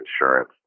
insurance